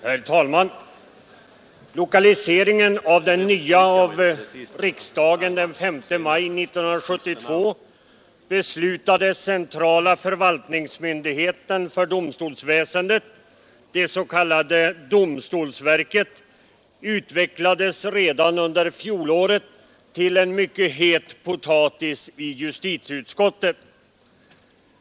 Herr talman! Lokaliseringen av den nya av riksdagen den 5 maj 1972 beslutade centrala förvaltningsmyndigheten för domstolsväsendet, det s.k. domstolsverket, utvecklades redan under fjolåret till en mycket het potatis i justitieutskottet.